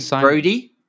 Brody